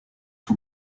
for